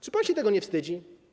Czy pan się tego nie wstydzi?